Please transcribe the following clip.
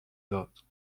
داد